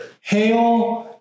hail